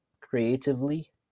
creatively